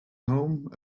home